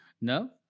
No